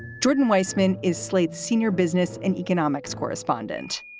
jordan weissmann is slate's senior business and economics correspondent.